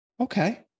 Okay